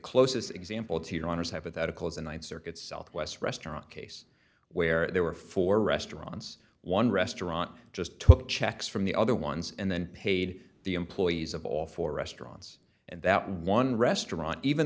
closest example to your honor's hypothetical is in one circuit southwest restaurant case where there were four restaurants one restaurant just took checks from the other ones and then paid the employees of all four restaurants and that one restaurant even